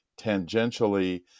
tangentially